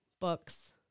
books